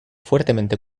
fuertemente